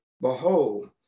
behold